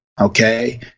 okay